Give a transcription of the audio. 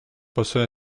possono